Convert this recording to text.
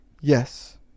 yes